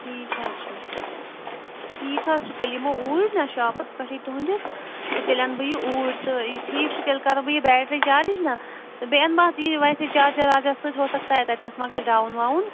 ٹھیٖک حظ چھُ ٹھیٖک حظ چھُ تیٚلہِ یِمو اوٗرۍ نا شاپَس پٮ۪ٹھٕے تُہٕنٛدِس تہٕ تیٚلہِ اَنہٕ بہٕ یہِ اوٗرۍ تہٕ ٹھیٖک چھُ تیٚلہِ کَرو بہٕ یہِ بیٹری چارٕج نا تہٕ بیٚیہِ اَنہٕ بہٕ اَتھ یہِ ویسے چارجر وارجر سۭتۍ ہوسکتا تَتہِ تَتھ ما گژھِ ڈاوُن وَوُن